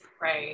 Right